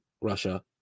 Russia